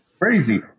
Crazy